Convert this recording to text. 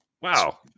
wow